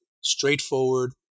straightforward